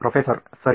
professor ಸರಿ